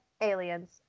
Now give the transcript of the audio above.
aliens